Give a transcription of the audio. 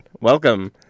Welcome